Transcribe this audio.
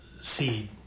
seed